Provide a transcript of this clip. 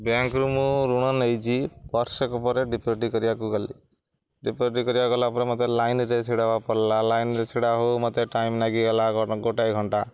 ବ୍ୟାଙ୍କରୁ ମୁଁ ଋଣ ନେଇଛି ବର୍ଷକ ପରେ ଡିପୋଜିଟ୍ କରିବାକୁ ଗଲି ଡିପୋଜିଟ୍ କରିବାକୁ ଗଲାପରେ ମୋତେ ଲାଇନରେ ଛିଡ଼ାକୁ ପଡ଼ିଲା ଲାଇନରେ ଛିଡ଼ା ହଉ ମୋତେ ଟାଇମ୍ ଲାଗିଗଲା ଗୋଟାଏ ଘଣ୍ଟା